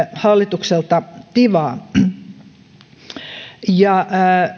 hallitukselta tivaa